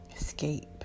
escape